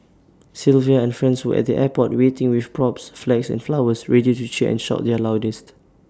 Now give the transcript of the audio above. Sylvia and friends were at the airport waiting with props flags and flowers ready to cheer and shout their loudest